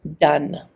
done